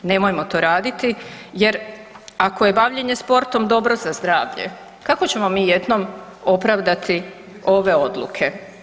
Nemojmo to raditi jer ako je bavljenje sportom dobro za zdravlje, kako ćemo mi jednom opravdati ove odluke.